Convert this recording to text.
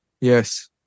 Yes